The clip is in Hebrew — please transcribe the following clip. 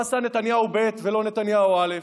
מה עשה נתניהו ב' ולא נתניהו א'?